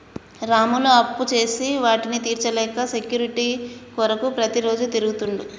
రాములు అప్పుచేసి వాటిని తీర్చలేక సెక్యూరిటీ కొరకు ప్రతిరోజు తిరుగుతుండు